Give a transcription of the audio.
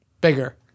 Bigger